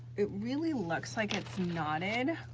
it really looks like it's knotted